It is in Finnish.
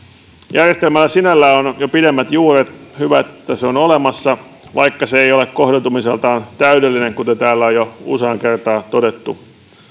järjestelmällä sinällään on jo pidemmät juuret hyvä että se on olemassa vaikka se ei ole kohdentumiseltaan täydellinen kuten täällä on jo useaan kertaan todettu